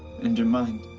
and your mind.